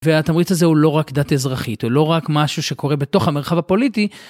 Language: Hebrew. והתמריץ הזה הוא לא רק דת אזרחית, הוא לא רק משהו שקורה בתוך המרחב הפוליטי.